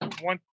one